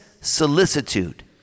solicitude